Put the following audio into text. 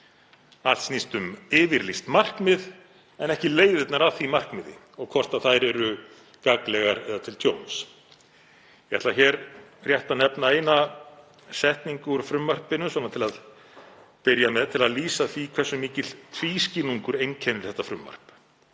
Allt snýst um yfirlýst markmið en ekki leiðirnar að því markmiði og hvort þær eru gagnlegar eða til tjóns. Ég ætla rétt að nefna eina setningu úr frumvarpinu svona til að byrja með til að lýsa því hversu mikill tvískinnungur einkennir þetta frumvarp.